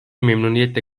memnuniyetle